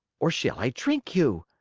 or shall i drink you?